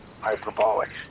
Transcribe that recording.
hyperbolic